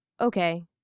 Okay